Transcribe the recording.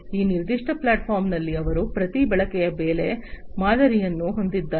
ಈ ನಿರ್ದಿಷ್ಟ ಪ್ಲಾಟ್ಫಾರ್ಮ್ನಲ್ಲಿ ಅವರು ಪ್ರತಿ ಬಳಕೆಯ ಬೆಲೆ ಮಾದರಿಯನ್ನು ಹೊಂದಿದ್ದಾರೆ